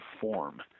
form